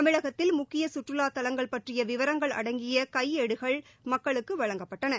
தமிழகத்தில் முக்கிய கற்றுவாத் தலங்கள் பற்றிய விவரங்கள் அடங்கிய கையேடுகள் மக்களுக்கு வழங்கப்பட்டன